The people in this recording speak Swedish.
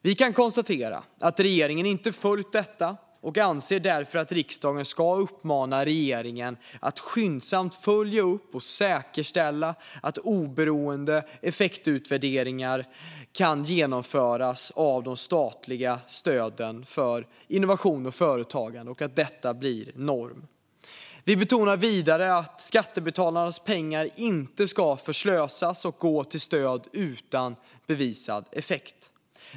Vi kan konstatera att regeringen inte följt detta och anser därför att riksdagen ska uppmana regeringen att skyndsamt följa upp och säkerställa att oberoende effektutvärderingar av de statliga stöden för innovation och företagande kan genomföras och att detta blir norm. Vi betonar vidare att skattebetalarnas pengar inte ska förslösas och gå till stöd utan bevisad effekt.